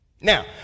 Now